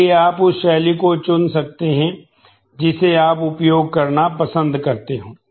इसलिए आप उस शैली को चुन सकते हैं जिसे आप उपयोग करना पसंद करते हैं